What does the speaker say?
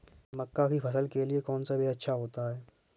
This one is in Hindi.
मक्का की फसल के लिए कौन सा बीज अच्छा होता है?